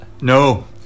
No